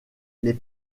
les